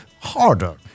harder